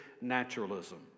naturalism